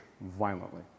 violently